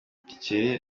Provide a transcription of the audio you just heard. gikeli